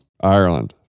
Ireland